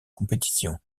compétition